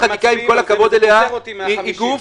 זה --- ופוטר אותי מה-50,